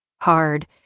hard